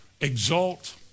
exalt